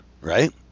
right